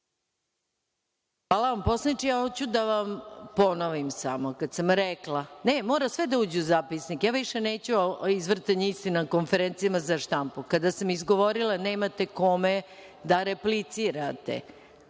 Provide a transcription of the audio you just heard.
sam.)Hvala vam poslaniče, ja hoću da vam ponovim samo, kad sam rekla. Ne, mora sve da uđe u zapisnik. Ja više neću izvrtanje istine na konferencijama za štampu. Kada sam izgovorila – nemate kome da replicirate,